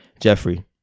Jeffrey